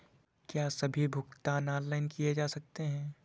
क्या सभी भुगतान ऑनलाइन किए जा सकते हैं?